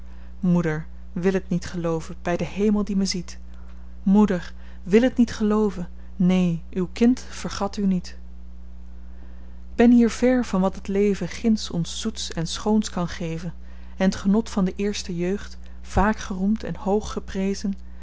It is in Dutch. moeder wil het niet gelooven by den hemel die my ziet moeder wil het niet gelooven neen uw kind vergat u niet k ben hier vèr van wat het leven ginds ons zoets en schoons kan geven en t genot van de eerste jeugd vaak geroemd en hoog geprezen